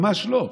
ממש לא,